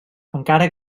encara